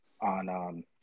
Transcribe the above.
on